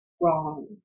wrong